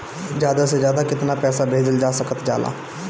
ज्यादा से ज्यादा केताना पैसा भेजल जा सकल जाला?